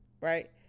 Right